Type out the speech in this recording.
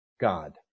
God